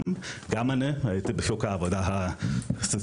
גם אני הייתי בשוק העבודה הסיסג'נדרי,